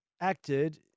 acted